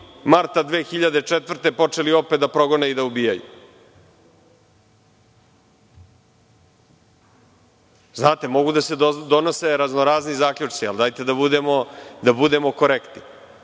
marta 2004. počeli opet da progone i da ubijaju. Mogu da se donose razno-razni zaključci, ali dajte da budemo korektni.